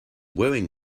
wearing